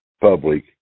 public